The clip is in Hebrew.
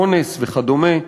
אונס וכדומה,